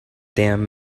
damn